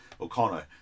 O'Connor